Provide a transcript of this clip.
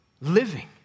living